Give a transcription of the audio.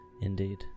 Indeed